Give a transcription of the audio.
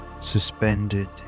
suspended